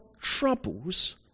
troubles